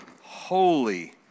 holy